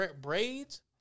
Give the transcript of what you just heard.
braids